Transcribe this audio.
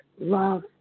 love